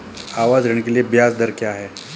आवास ऋण के लिए ब्याज दर क्या हैं?